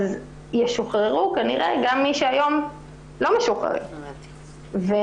ישוחררו כנראה גם מי שהיום לא משוחררים וכך